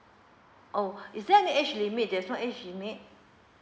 oh is there any age limit there's no age limit